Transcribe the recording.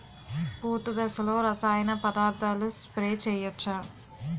పూత దశలో రసాయన పదార్థాలు స్ప్రే చేయచ్చ?